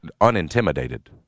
unintimidated